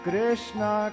Krishna